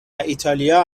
ایتالیا